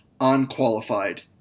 unqualified